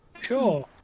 Sure